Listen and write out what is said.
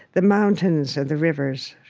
the mountains and the rivers.